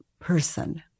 person